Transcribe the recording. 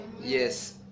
Yes